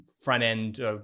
front-end